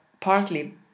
partly